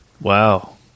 Wow